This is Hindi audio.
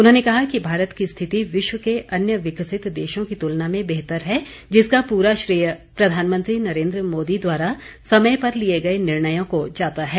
उन्होंने कहा कि भारत की स्थिति विश्व के अन्य विकसित देशों की तुलना में बेहतर है जिसका पूरा श्रेय प्रधानमंत्री नरेंद्र मोदी द्वारा समय पर लिए गए निर्णयों को जाता है